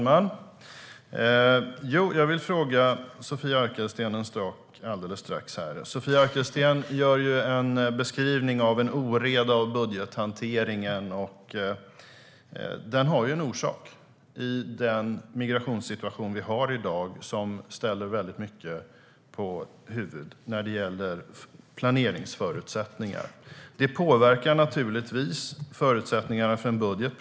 Herr talman! Sofia Arkelsten gör en beskrivning av en oreda i budgethanteringen. Den har ju en orsak i den migrationssituation vi har i dag och som ställer väldigt mycket på huvudet när det gäller planeringsförutsättningar. Detta påverkar naturligtvis förutsättningarna för en budget.